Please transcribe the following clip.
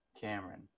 cameron